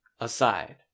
aside